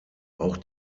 auch